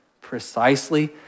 precisely